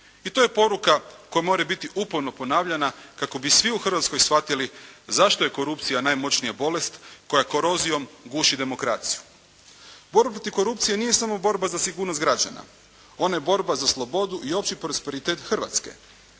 i to je poruka koja mora biti uporno ponavljana kako bi svi u Hrvatskoj shvatili zašto je korupcija najmoćnija bolest koja korozijom guši demokraciju. Borba protiv korupcije nije samo borba za sigurnost građana, ona je borba za slobodu i opći prosperitet Hrvatske.